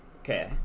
okay